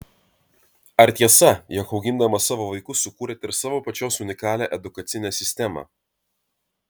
ar tiesa jog augindama savo vaikus sukūrėte ir savo pačios unikalią edukacinę sistemą